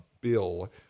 bill